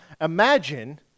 imagine